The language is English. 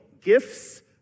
gifts